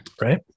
Right